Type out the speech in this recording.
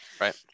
Right